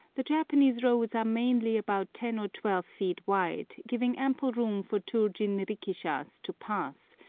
the japanese roads are mainly about ten or twelve feet wide, giving ample room for two jinrikishas to pass,